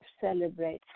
celebrate